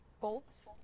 Bolts